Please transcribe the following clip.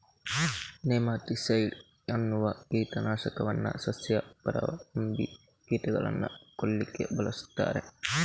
nematicide ಅನ್ನುವ ಕೀಟ ನಾಶಕವನ್ನ ಸಸ್ಯ ಪರಾವಲಂಬಿ ಕೀಟಗಳನ್ನ ಕೊಲ್ಲಿಕ್ಕೆ ಬಳಸ್ತಾರೆ